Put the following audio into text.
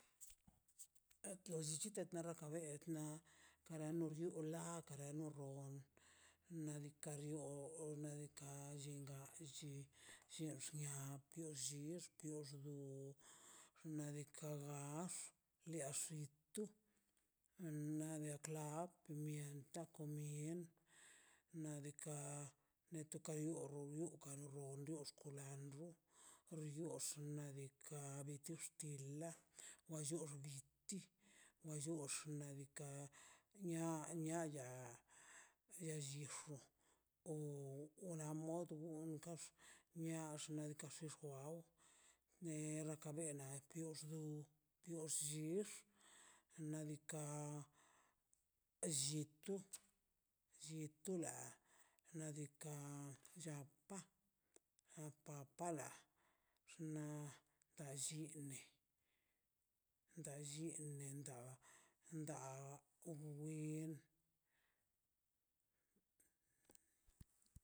Lo llichite kabe ne ka no runla nakara no rob nadika bio o nadika llinga di llinxnia pioxix piox du xna' diika' gax liaxito na dia klab pimienta comin nadika neto karbiono ukaro bio uka tox kolandro lioxt xnadika tu diox bin la waxo wallux nadika nia niaya yeg yixfo o una modo untox niax toxniawx nera kabena dioxnu diox xix nadika llitu llitu la nadika llapa apapanaxna tall chllini da llienen da da win